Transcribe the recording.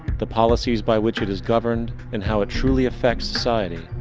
the policies by which it is governed, and how it truly affects society,